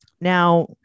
Now